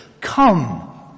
come